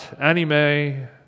anime